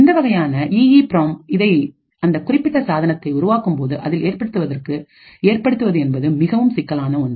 இந்த வகையான EEPROM இதை அந்த குறிப்பிட்ட சாதனத்தை உருவாக்கும் போது அதில் ஏற்படுத்துவது என்பது மிகவும் சிக்கலான ஒன்று